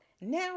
Now